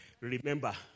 remember